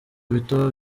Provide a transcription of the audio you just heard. bito